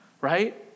Right